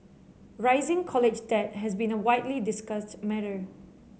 rising college debt has been a widely discussed matter